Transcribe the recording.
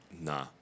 Nah